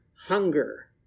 hunger